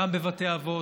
גם בבתי אבות,